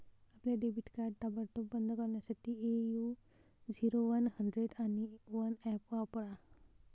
आपले debit card ताबडतोब बंद करण्यासाठी ए.यू झिरो वन हंड्रेड आणि वन ऍप वापरा